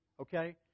okay